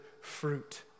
fruit